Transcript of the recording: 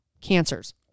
cancers